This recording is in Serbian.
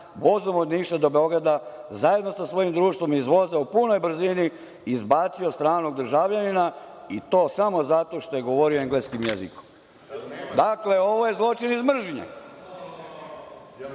vozom od Niša do Beograda, zajedno sa svojim društvom iz voza u punoj brzini izbacio stranog državljanina i to samo zato što je govorio engleskim jezikom. Dakle, ovo je zločin iz mržnje.